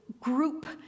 group